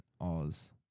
Oz